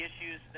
issues